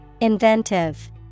Inventive